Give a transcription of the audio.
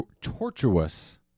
tortuous